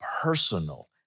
personal